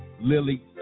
Lily